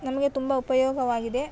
ನಮಗೆ ತುಂಬ ಉಪಯೋಗವಾಗಿದೆ